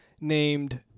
named